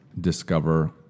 discover